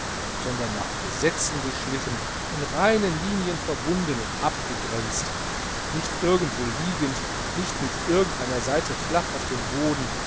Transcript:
sondern nach gesetzen geschliffen in reinen linien verbunden und abgegränzt nicht irgendwo liegend nicht mit irgend einer seite flach auf dem boden